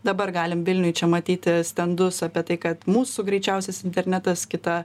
dabar galim vilniuje čia matyti stendus apie tai kad mūsų greičiausias internetas kita